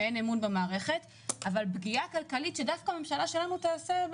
אבל פגיעה כלכלית, שדווקא הממשלה שלנו תעשה?